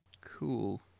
cool